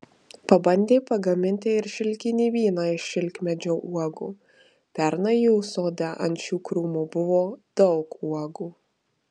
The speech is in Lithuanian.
pabandė pagaminti ir šilkinį vyną iš šilkmedžių uogų pernai jų sode ant šių krūmų buvo daug uogų